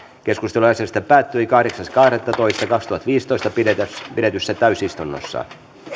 keskustelu asiasta päättyi kahdeksas kahdettatoista kaksituhattaviisitoista pidetyssä pidetyssä täysistunnossa